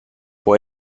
può